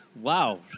Wow